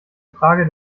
frage